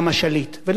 לכן אני אומר: